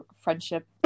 friendship